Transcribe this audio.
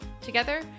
Together